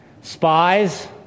Spies